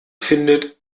findet